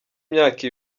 imyaka